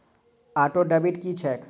Auto debit की छैक?